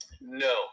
No